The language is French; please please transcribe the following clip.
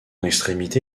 extrémité